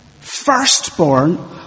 firstborn